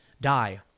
die